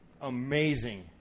amazing